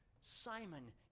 Simon